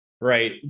right